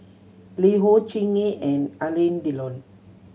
LiHo Chingay and Alain Delon